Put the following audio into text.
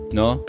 no